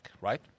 right